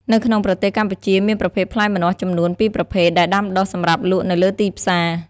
នៅក្នុងប្រទេសកម្ពុជាមានប្រភេទផ្លែម្នាស់ចំនួន ពីរប្រភេទ ដែលដាំដុះសម្រាប់លក់នៅលើទីផ្សារ។